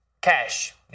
cash